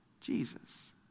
Jesus